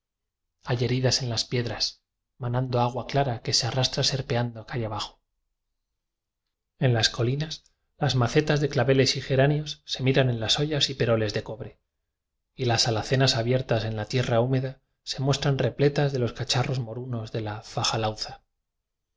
heridas en las pie dras manando agua clara que se arrastra serpeando calle abajo en las cocinas las macetas de claveles y geráneos se miran en las ollas y peroles de cobre y las alacenas abiertas en la tie rra húmeda se muestran repletas de los ca charros morunos de fajalauza